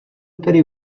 úterý